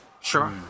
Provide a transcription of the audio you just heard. Sure